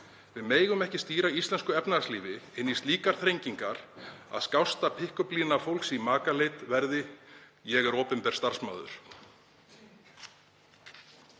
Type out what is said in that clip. Við megum ekki stýra íslensku efnahagslífi inn í slíkar þrengingar að skásta „pickup“-lína fólks í makaleit verði: Ég er opinber starfsmaður.